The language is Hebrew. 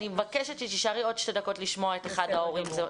אני מבקשת שתישארי עוד שתי דקות לשמוע את אחד ההורים.